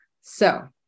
So-